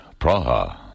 Praha